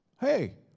Hey